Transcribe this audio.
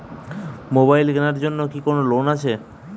Mobile কেনার জন্য কি কোন লোন আছে?